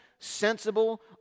Sensible